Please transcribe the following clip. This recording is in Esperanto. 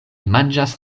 manĝas